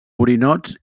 borinots